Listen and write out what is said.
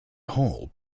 hall